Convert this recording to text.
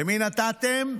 למי נתתם?